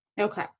Okay